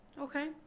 okay